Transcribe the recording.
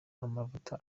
amavuta